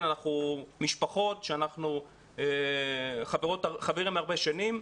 אנחנו משפחות שאנחנו חברים הרבה שנים.